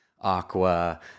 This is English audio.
aqua